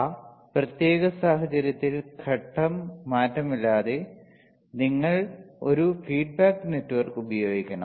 ആ പ്രത്യേക സാഹചര്യത്തിൽ ഘട്ടം മാറ്റമില്ലാതെ നിങ്ങൾ ഒരു ഫീഡ്ബാക്ക് നെറ്റ്വർക്ക് ഉപയോഗിക്കണം